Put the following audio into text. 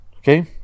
Okay